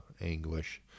anguish